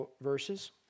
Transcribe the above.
verses